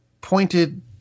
pointed